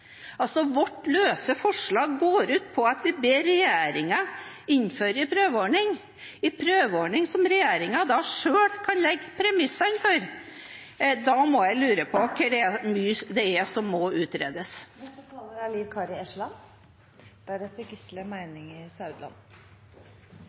Vårt løse forslag går ut på at vi ber regjeringen innføre en prøveordning, en prøveordning som regjeringen selv kan legge premissene for. Da lurer jeg på